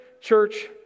church